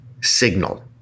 signal